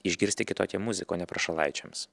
išgirsti kitokią muziką o ne prašalaičiams